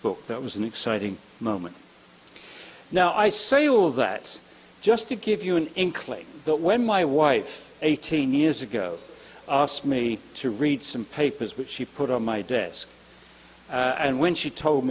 book that was an exciting moment now i say all of that just to give you an inkling that when my wife eighteen years ago asked me to read some papers which she put on my desk and when she told